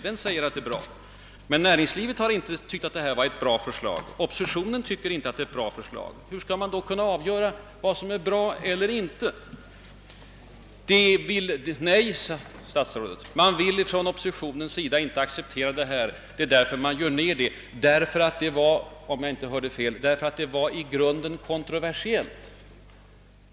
Men näringslivet har inte ansett att det är ett »bra» förslag, och oppositionen tycker inte att det är ett »bra» förslag — hur skall man då kunna avgöra om förslaget är »bra» eller inte? Nej, sade statsrådet, om jag inte hörde fel, man ville från oppositionens sida redan från början inte acceptera förslaget. Man gör ned det därför att det i grunden är kontroversiellt.